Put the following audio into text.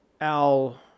Al